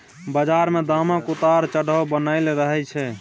बजार मे दामक उतार चढ़ाव बनलै रहय छै